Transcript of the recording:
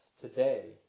today